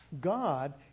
God